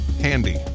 Handy